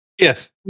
Yes